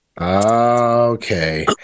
Okay